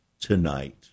tonight